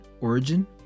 origin